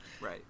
Right